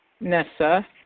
Nessa